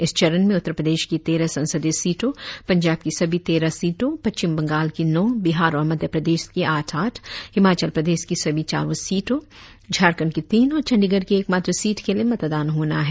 इस चरण में उत्तर प्रदेश की तेरह संसदीय सीटों पंजाब की सभी तेरह सीटों पश्चिम बंगाल की नौ बिहार और मध्य प्रदेश की आठ आठ हिमाचल प्रदेश की सभी चारों सीटों झारखंड की तीन और चंडीगढ़ की एक मात्र सीट के लिए मतदान होना है